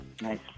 nice